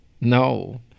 No